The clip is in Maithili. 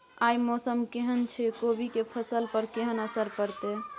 आय मौसम केहन छै कोबी के फसल पर केहन असर परतै?